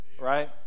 right